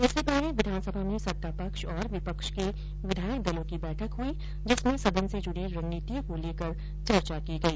इससे पहले विधानसभा में सत्ता पक्ष और विपक्ष के विधायक दलों की बैठक हई जिसमें सदन से जुडी रणनीतियों को लेकर चर्चा की गई